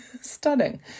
stunning